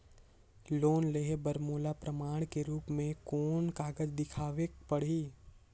Loan लेहे बर मोला प्रमाण के रूप में कोन कागज दिखावेक पड़ही?